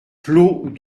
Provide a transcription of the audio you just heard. clos